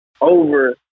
over